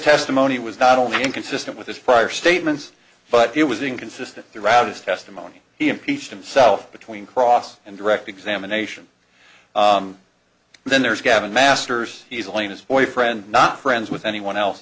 testimony was not only inconsistent with his prior statements but it was inconsistent throughout his testimony he impeached himself between cross and direct examination then there's gavin masters he's laying his boyfriend not friends with anyone else